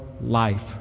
life